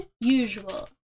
unusual